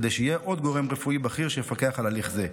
כדי שיהיה עוד גורם רפואי בכיר שיפקח על הליך זה,